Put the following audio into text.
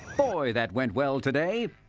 boy, that went well today.